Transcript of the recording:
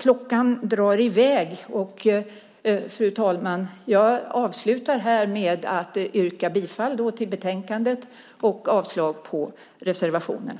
Klockan drar iväg, fru talman, och jag avslutar här med att yrka bifall till förslaget i betänkandet och avslag på reservationerna.